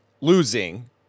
losing